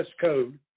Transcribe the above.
code